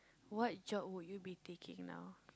what job would you be taking now